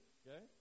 okay